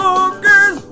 again